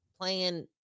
playing –